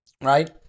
Right